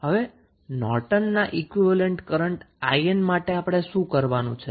હવે નોર્ટનના equivalent current 𝐼𝑁 માટે આપણે શું કરવાનું છે